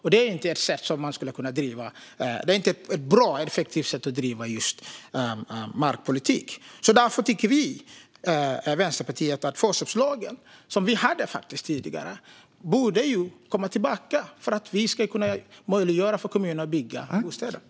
Detta är inte ett bra eller effektivt sätt att bedriva markpolitik. Därför tycker vi i Vänsterpartiet att förköpslagen, som vi hade tidigare, borde komma tillbaka så att vi kan möjliggöra för kommunerna att bygga bostäder.